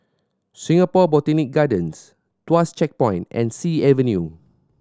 Singapore Botanic Gardens Tuas Checkpoint and Sea Avenue